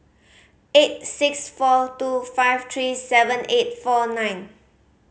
eight six four two five three seven eight four nine